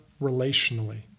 relationally